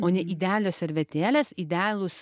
o ne idealios servetėlės idealūs